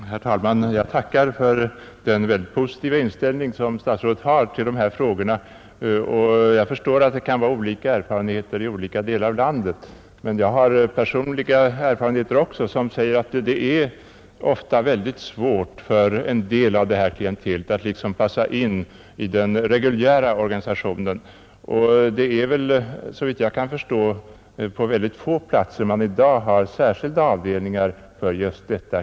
Herr talman! Jag tackar för den mycket positiva inställning som statsrådet har till dessa frågor och förstår att man kan ha olika erfarenheter från olika delar av landet. Också jag har personliga erfarenheter i detta fall, och de säger att det ofta är mycket svårt för detta klientel att inpassas i den reguljära organisationen. Såvitt jag förstår är det bara på mycket få platser som man i dag har särskilda avdelningar för detta klientel.